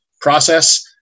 process